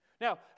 Now